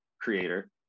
creator